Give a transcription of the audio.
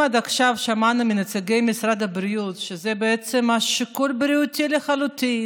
אם עד עכשיו שמענו מנציגי משרד הבריאות שזה בעצם שיקול בריאותי לחלוטין,